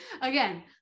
again